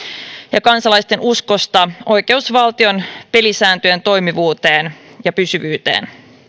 ja kansalaisten uskosta oikeusvaltion pelisääntöjen toimivuuteen ja pysyvyyteen